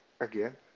again